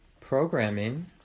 programming